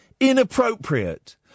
inappropriate